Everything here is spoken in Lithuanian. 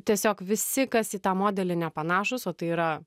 tiesiog visi kas į tą modelį nepanašūs o tai yra